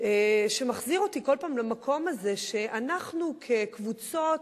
שמחזיר אותי בכל פעם למקום הזה שאנחנו כקבוצות,